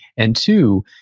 and two,